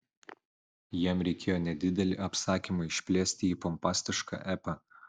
jam reikėjo nedidelį apsakymą išplėsti į pompastišką epą